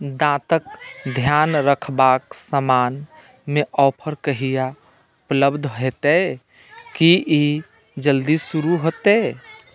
दाँतके ध्यान रखबाके समानमे ऑफर कहिआ उपलब्ध हेतै कि ई जल्दी शुरू हेतै